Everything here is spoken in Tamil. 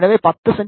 எனவே 10 செ